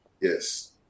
Yes